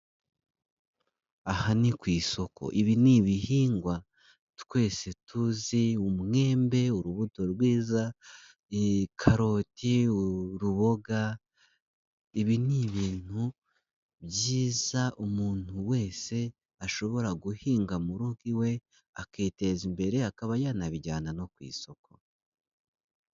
Aha ni ku isoko, ibi ni ibihingwa twese tuzi: umwembe urubuto rwiza, karoti uruboga; ibi ni ibintu byiza umuntu wese ashobora guhinga mu rugo iwe, akiteza imbere akaba yanabijyana no ku isoko.